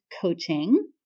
coaching